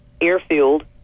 airfield